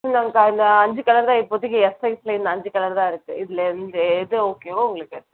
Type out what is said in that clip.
இந்தாங்கக்கா இந்த அஞ்சு கலர்தான் இப்போதைக்கி எக்ஸ் சைஸில் இந்த அஞ்சு கலர்தான் இருக்குது இதில் எந்த எது ஓகேவோ உங்களுக்கு